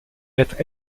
maître